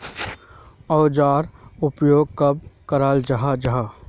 औजार उपयोग कब कराल जाहा जाहा?